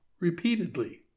repeatedly